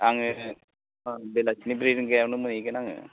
आङो बेलासिनि ब्रै रिंगायावनो मोनहैगोन आङो